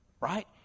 right